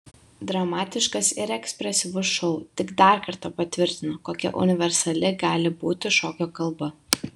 dramatiškas ir ekspresyvus šou tik dar kartą patvirtino kokia universali gali būti šokio kalba